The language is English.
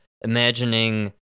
imagining